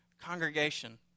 Congregation